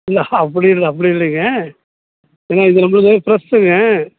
இல்லை அப்படி இல்லை அப்படி இல்லைங்க ஏங்க இது நம்ம காய் ஃப்ரெஸ்ஸூங்க